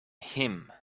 him